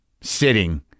sitting